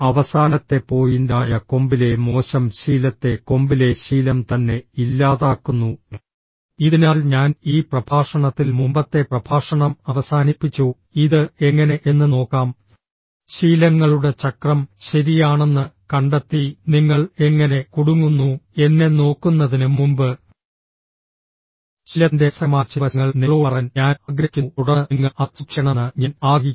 അവസാനത്തെ പോയിന്റായ കൊമ്പിലെ മോശം ശീലത്തെ കൊമ്പിലെ ശീലം തന്നെ ഇല്ലാതാക്കുന്നു ഇതിനാൽ ഞാൻ ഈ പ്രഭാഷണത്തിൽ മുമ്പത്തെ പ്രഭാഷണം അവസാനിപ്പിച്ചു ഇത് എങ്ങനെ എന്ന് നോക്കാം ശീലങ്ങളുടെ ചക്രം ശരിയാണെന്ന് കണ്ടെത്തി നിങ്ങൾ എങ്ങനെ കുടുങ്ങുന്നു എന്നെ നോക്കുന്നതിന് മുമ്പ് ശീലത്തിന്റെ രസകരമായ ചില വശങ്ങൾ നിങ്ങളോട് പറയാൻ ഞാൻ ആഗ്രഹിക്കുന്നു തുടർന്ന് നിങ്ങൾ അത് സൂക്ഷിക്കണമെന്ന് ഞാൻ ആഗ്രഹിക്കുന്നു